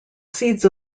seeds